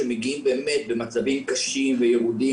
שמגיעים באמת במצבים קשים וירודים,